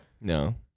No